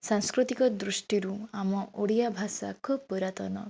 ସାଂସ୍କୃତିକ ଦୃଷ୍ଟିରୁ ଆମ ଓଡ଼ିଆ ଭାଷା ଖୁବ ପୁରାତନ